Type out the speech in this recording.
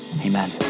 amen